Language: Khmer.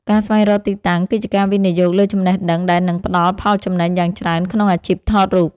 ការស្វែងរកទីតាំងគឺជាការវិនិយោគលើចំណេះដឹងដែលនឹងផ្ដល់ផលចំណេញយ៉ាងច្រើនក្នុងអាជីពថតរូប។